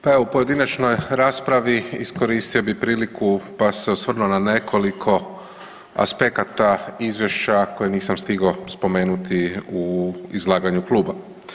Pa evo u pojedinačnoj raspravi iskoristio bih priliku pa se osvrnuo na nekoliko aspekata izvješća koje nisam stigao spomenuti u izlaganju kluba.